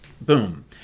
boom